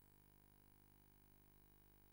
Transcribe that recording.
הסמכות העניינית לדון בהחלטות מינהליות של רשויות